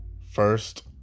first